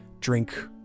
drink